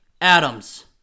Adams